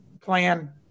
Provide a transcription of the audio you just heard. plan